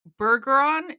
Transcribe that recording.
Bergeron